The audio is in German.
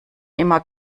immer